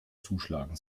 zuschlagen